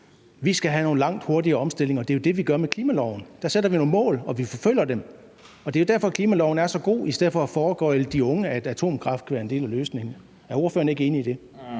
Vi skal have en langt hurtigere omstilling, og det er jo det, vi gør med klimaloven. Der sætter vi nogle mål, og vi forfølger dem, og det er jo derfor, at klimaloven er så god, i stedet for at foregøgle de unge, at atomkraft kan være en del af løsningen. Er ordføreren ikke enig i det?